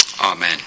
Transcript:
Amen